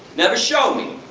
never show me,